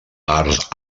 arts